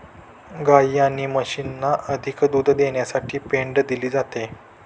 गायी आणि म्हशींना अधिक दूध देण्यासाठी पेंड दिली जाते